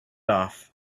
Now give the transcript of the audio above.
off